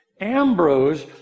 Ambrose